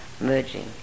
merging